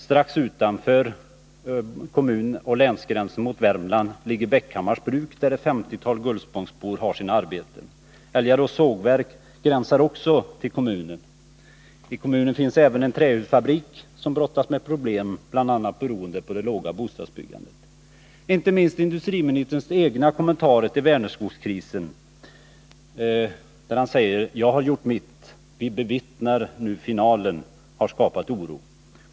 Strax utanför kommunoch länsgränsen mot Värmland ligger Bäckhammars bruk, där ett 50-tal Gullspångsbor har sina arbeten. Älgarås sågverk ligger också intill kommungränsen. I kommunen finns även en trähusfabrik som brottas med problem, bl.a. beroende på det låga bostadsbyggandet. Inte minst industriministerns egna kommentarer till Vänerskogskrisen — han säger: Jag har gjort mitt. Vi bevittnar nu finalen. — har skapat oro.